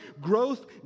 Growth